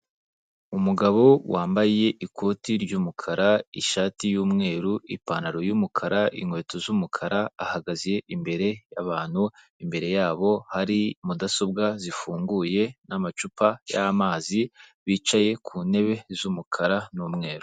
Umugabo wambaye ikoti ry'umukara, ishati y'umweru, ipantaro y'umukara, inkweto z'umukara, ahagaze imbere y'abantu, imbere yabo hari mudasobwa zifunguye n'amacupa y'amazi, bicaye ku ntebe z'umukara n'umweru.